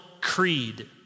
creed